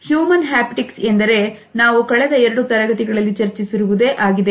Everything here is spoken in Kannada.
ಹ್ಯೂಮನ್ ಹ್ಯಾಪ್ಟಿಕ್ಸ್ ಎಂದರೆ ನಾವು ಕಳೆದ ಎರಡು ತರಗತಿಗಳಲ್ಲಿ ಚರ್ಚಿಸಿರುವುದೇ ಆಗಿದೆ